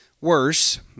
worse